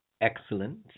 Excellent